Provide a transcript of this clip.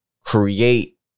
create